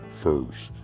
first